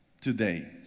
today